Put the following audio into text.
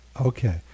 Okay